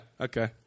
Okay